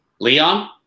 Leon